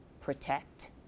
protect